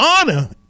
Honor